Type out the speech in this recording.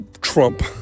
Trump